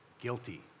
guilty